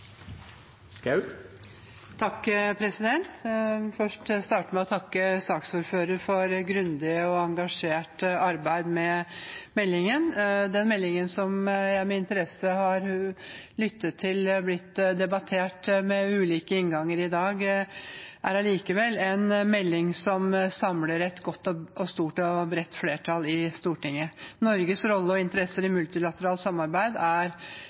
starte med å takke saksordføreren for grundig og engasjert arbeid med meldingen. Den meldingen som jeg med interesse har lyttet til bli debattert med ulike innganger i dag, er allikevel en melding som samler et godt, stort og bredt flertall i Stortinget. Norges rolle og interesser i multilateralt samarbeid er